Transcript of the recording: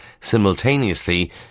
simultaneously